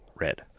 red